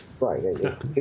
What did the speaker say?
Right